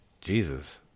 Jesus